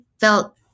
felt